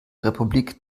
republik